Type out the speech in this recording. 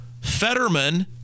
Fetterman